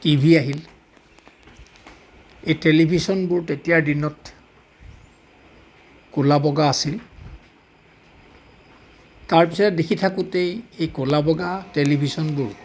TV আহিল এই টেলিভিশ্যনবোৰ তেতিয়াৰ দিনত ক'লা বগা আছিল তাৰপিছত দেখি থাকোঁতেই এই ক'লা বগা টেলিভিশ্যনবোৰ